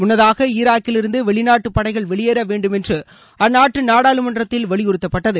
முன்னதாக ஈராகிலிருந்து வெளிநாட்டு படைகள் வெளியேற வேண்டுமென்று அற்நாட்டு நாடாளுமன்றத்தில் வலியுறுத்தப்பட்டது